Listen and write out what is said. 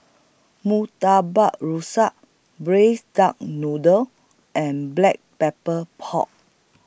Murtabak Rusa Braised Duck Noodle and Black Pepper Pork